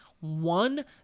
one